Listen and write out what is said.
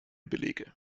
belege